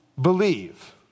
believe